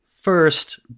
First